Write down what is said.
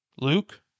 Luke